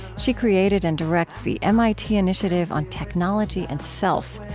she created and directs the mit initiative on technology and self,